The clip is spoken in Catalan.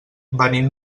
venim